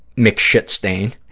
mcshitstain,